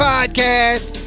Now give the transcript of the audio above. Podcast